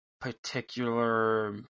particular